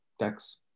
tax